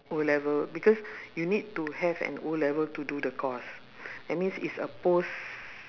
O-level because you need to have an O-level to do the course that means it's a post